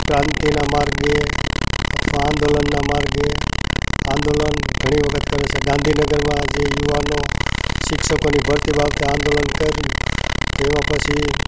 ક્રાંતિના માર્ગે અથવા આંદોલનના માર્ગે આંદોલન ઘણી વખત કરે છે ગાંધીનગરમાં જે યુવાનો શિક્ષકોની ભરતી બાબતે આંદોલન કર્યું તો એવા પછી